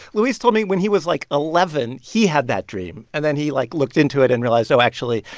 luis told me when he was, like, eleven, he had that dream. and then he, like, looked into it and realized, oh, actually,